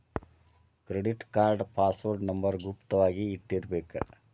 credit card password number ಗುಪ್ತ ವಾಗಿ ಇಟ್ಟಿರ್ಬೇಕ